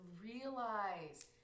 realize